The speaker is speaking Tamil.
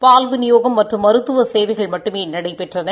பால் விநியோகம் மற்றும் மருத்துவ சேவைகள் மட்டுமே நடைபெற்றன